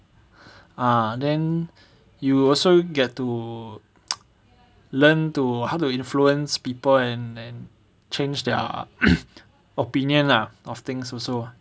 ah then you will also get to learn to how to influence people and and change their opinion lah of things also